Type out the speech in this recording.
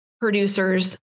producers